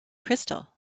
crystal